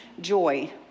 joy